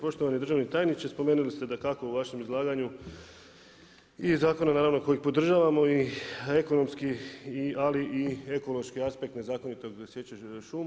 Poštovani državni tajniče, spomenuli ste dakako u vašem izlaganju i zakona naravno koji podržavamo i ekonomski ali i ekološki aspekt nezakonite sječe šuma.